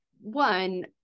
one